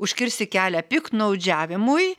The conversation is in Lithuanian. užkirsti kelią piktnaudžiavimui